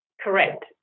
Correct